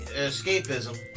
escapism